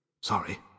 Sorry